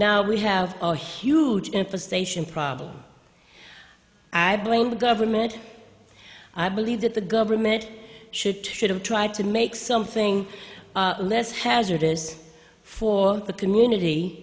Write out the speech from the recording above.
now we have a huge and for station problem i blame the government i believe that the government should too should have tried to make something less hazardous for the community